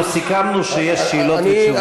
אנחנו סיכמנו שיש שאלות ותשובות.